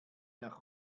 nach